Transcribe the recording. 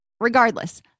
Regardless